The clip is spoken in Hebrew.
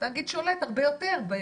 התאגיד שולט הרבה יותר.